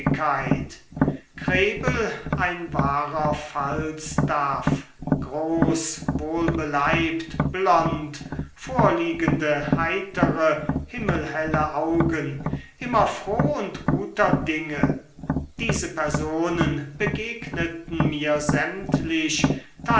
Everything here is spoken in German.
krebel ein wahrer falstaff groß wohlbeleibt blond vorliegende heitere himmelhelle augen immer froh und guter dinge diese personen begegneten mir sämtlich